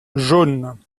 jaunes